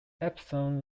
epsom